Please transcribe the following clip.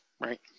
right